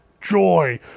joy